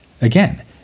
Again